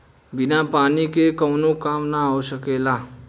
बिना पानी के कावनो काम ना हो सकेला